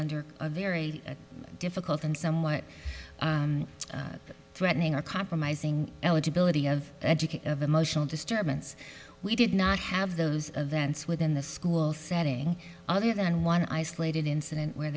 under a very difficult and somewhat threatening or compromising eligibility of education of emotional disturbance we did not have those events within the school setting other than one isolated incident where